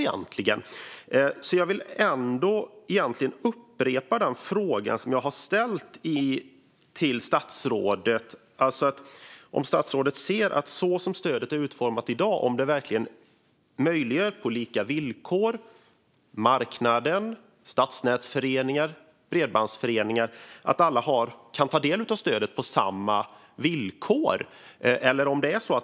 Därför vill jag upprepa den fråga som jag har ställt till statsrådet. Tycker statsrådet att man gör det möjligt för alla - marknaden, stadsnätsföreningar och bredbandsföreningar - att på lika villkor kunna ta del av stödet så som det är utformat i dag?